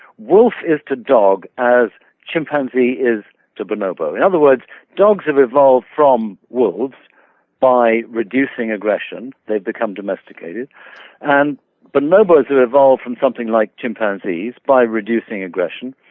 wolf is to dog as chimpanzee is to bonobo. in other words dogs have evolved from wolves by reducing aggression. they've become domesticated and bonobos have and evolved from something like chimpanzees by reducing aggression.